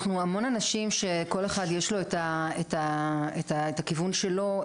אנחנו המון אנשים שכל אחד יש לו את הכיוון שלו.